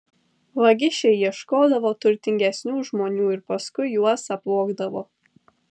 vagišiai ieškodavo turtingesnių žmonių ir paskui juos apvogdavo